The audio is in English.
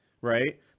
right